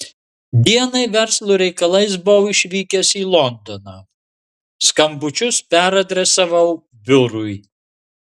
dienai verslo reikalais buvau išvykęs į londoną skambučius peradresavau biurui